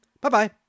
bye-bye